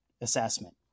assessment